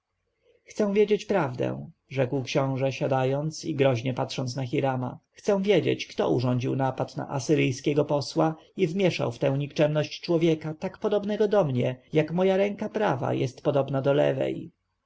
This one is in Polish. chcę wiedzieć prawdę rzekł książę siadając i groźnie patrząc na hirama chcę wiedzieć kto urządził napad na asyryjskiego posła i wmieszał w tę nikczemność człowieka tak podobnego do mnie jak moja ręka prawa jest podobna do lewej